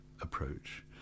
approach